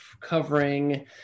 covering